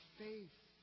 faith